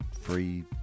free